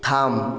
থাম